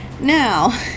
Now